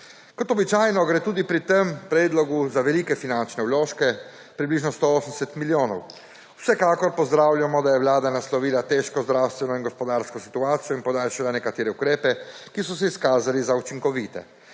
Kot običajno, gre tudi pri tem predlogu za velike finančne vložke – približno 180 milijonov. Vsekakor pozdravljamo, da je vlada naslovila težko zdravstveno in gospodarsko situacijo in podaljšala nekatere ukrepe, ki so se izkazali za učinkovite.